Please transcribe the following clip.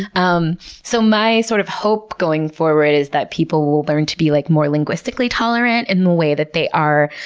um so my sort of hope going forward is that people will learn to be like more linguistically tolerant in the way that they are